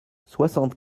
soixante